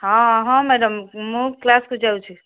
ହଁ ହଁ ମ୍ୟାଡ଼ମ୍ ମୁଁ କ୍ଲାସ୍କୁ ଯାଉଛି